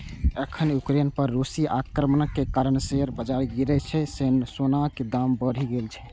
एखन यूक्रेन पर रूसी आक्रमणक कारण शेयर बाजार गिरै सं सोनाक दाम बढ़ि गेल छै